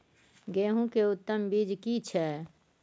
गेहूं के उत्तम बीज की छै?